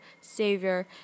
Savior